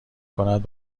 کند